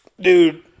dude